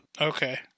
Okay